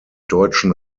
deutschen